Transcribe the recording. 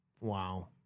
Wow